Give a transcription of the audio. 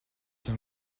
bien